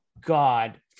God